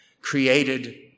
created